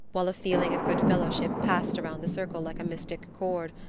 while a feeling of good fellowship passed around the circle like a mystic cord,